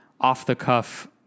off-the-cuff